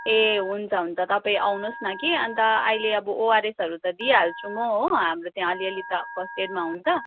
ए हुन्छ हुन्छ तपाईँ आउनुहोस् न कि अन्त अहिले अब ओआरएसहरू त दिइहाल्छौँ हो हाम्रो त्यहाँ अलिअलि त फर्स्ट एडमा हुन्छ